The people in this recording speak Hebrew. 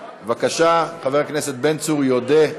בבקשה, חבר הכנסת בן צור יודה.